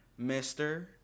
Mr